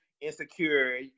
insecure